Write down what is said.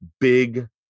big